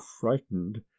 frightened